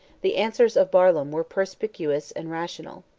the answers of barlaam were perspicuous and rational.